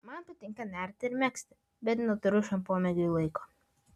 man patinka nerti ir megzti bet neturiu šiam pomėgiui laiko